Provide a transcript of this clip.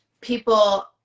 people